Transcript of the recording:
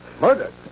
murdered